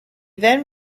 then